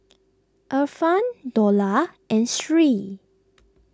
Irfan Dollah and Sri